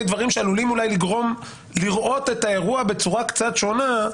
דברים שעלולים אולי לגרום לראות את האירוע בצורה קצת שונה,